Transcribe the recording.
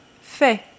fait